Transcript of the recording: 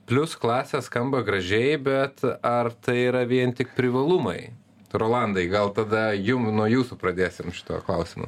plius klasė skamba gražiai bet ar tai yra vien tik privalumai rolandai gal tada jum nuo jūsų pradėsim šituo klausimu